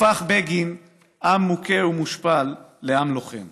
הפך בגין עם מוכה ומושפל לעם לוחם.